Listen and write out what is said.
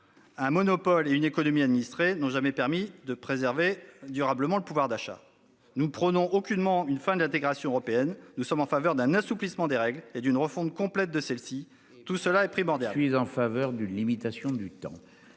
Un monopole et une économie administrée n'ont jamais permis de préserver durablement le pouvoir d'achat ... Nous ne prônons aucunement une fin de l'intégration européenne. Nous sommes en faveur d'un assouplissement des règles et d'une refonte complète de celles-ci. Tout cela est primordial.